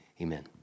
amen